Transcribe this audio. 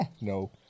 No